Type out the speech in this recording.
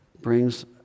brings